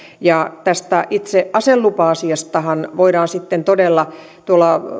tästä itse aselupa asiastahan voidaan todella tuolla